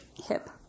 Hip